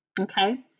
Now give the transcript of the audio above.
Okay